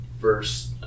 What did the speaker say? first